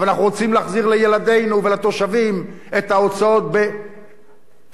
אבל אנחנו רוצים להחזיר לילדינו ולתושבים את ההוצאות בחינוך,